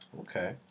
okay